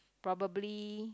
probably